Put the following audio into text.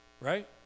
Right